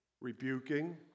rebuking